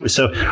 so,